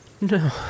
No